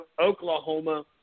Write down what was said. Oklahoma